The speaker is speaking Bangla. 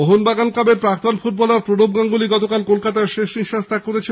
মোহনবাগান ক্লাবের প্রাক্তন ফুটবলার প্রণব গাঙ্গুলী গতকাল কলকাতায় শেষ নিঃশ্বাস ত্যাগ করেছেন